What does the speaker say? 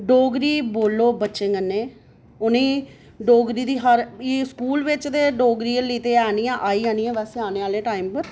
डोगरी बोलो बच्चें कन्नै उ'नेंगी हर गल्ल डोगरी ते एल्ले स्कूल आनी ऐ बस आने आह्ली ऐ आने आह्ले टाईम पर